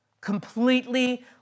Completely